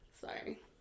Sorry